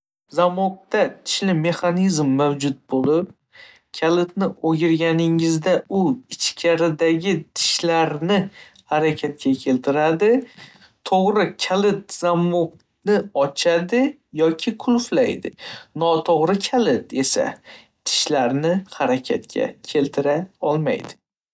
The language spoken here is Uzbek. Zamokda tishli mexanizm mavjud bo'lib, kalitni o'girganingizda u ichkaridagi tishlarni harakatga keltiradi. To'g'ri kalit zamokni ochadi yoki qulflaydi, noto'g'ri kalit esa tishlarni harakatga keltira olmaydi.